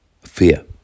Fear